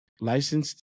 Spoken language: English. licensed